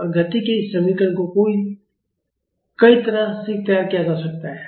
और गति के इस समीकरण को कई तरह से तैयार किया जा सकता है